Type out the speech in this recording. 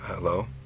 Hello